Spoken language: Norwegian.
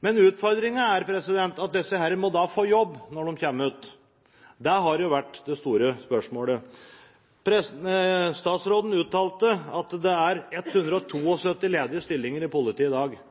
Men utfordringen er at disse må få jobb når de kommer ut. Det har jo vært det store spørsmålet. Statsråden uttalte at det er 172 ledige stillinger i politiet i dag –